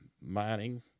mining